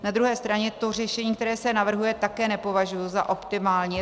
Na druhé straně to řešení, které se navrhuje, také nepovažuji za optimální.